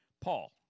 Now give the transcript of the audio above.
Paul